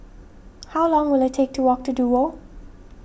how long will it take to walk to Duo